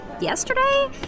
yesterday